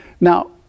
Now